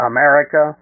America